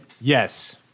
Yes